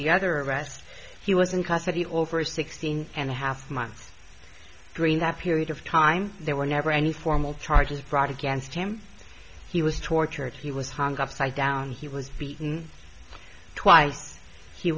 the other rest he was in custody over sixteen and a half months during that period of time there were never any formal charges brought against him he was tortured he was hung upside down he was beaten twice he